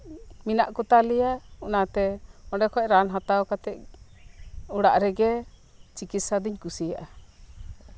ᱢᱮᱱᱟᱜ ᱠᱚᱛᱟᱞᱮᱭᱟ ᱚᱱᱟᱛᱮ ᱚᱸᱰᱮ ᱠᱷᱚᱱ ᱨᱟᱱ ᱦᱟᱛᱟᱣ ᱠᱟᱛᱮᱫ ᱚᱲᱟᱜ ᱨᱮᱜᱮ ᱪᱤᱠᱤᱛᱥᱟ ᱫᱩᱧ ᱠᱩᱥᱤᱭᱟᱜᱼᱟ